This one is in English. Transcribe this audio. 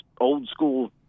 old-school